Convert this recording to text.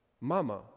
Mama